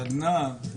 סדנה.